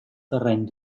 terreny